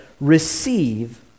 Receive